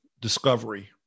discovery